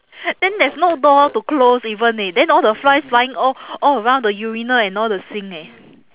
then there's no door to close even eh then all the flies flying all all around the urinal and all the sink eh